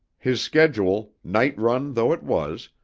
his schedule, night run though it was,